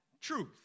truth